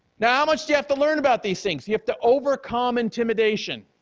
now how much you have to learn about these things? you have to overcome intimidation.